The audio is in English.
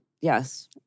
yes